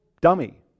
dummy